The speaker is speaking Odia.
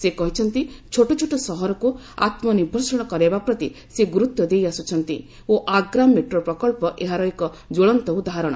ସେ କହିଛନ୍ତି ଛୋଟ ଛୋଟ ସହରକୁ ଆତ୍ମନିର୍ଭରଶୀଳ କରାଇବା ପ୍ରତି ସେ ଗୁରୁତ୍ୱ ଦେଇଆସୁଛନ୍ତି ଓ ଆଗ୍ରା ମେଟ୍ରୋ ପ୍ରକଳ୍ପ ଏହାର ଏକ ଜ୍ୱଳନ୍ତ ଉଦାହରଣ